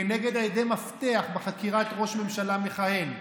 כנגד עדי מפתח בחקירת ראש ממשלה מכהן,